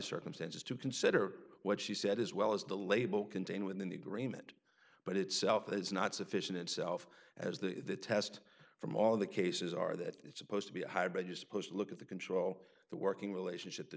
circumstances to consider what she said as well as the label contained within the agreement but itself there's not sufficient itself as the test from all of the cases are that it's supposed to be a hybrid you supposed to look at the control the working relationship th